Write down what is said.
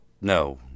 No